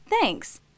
thanks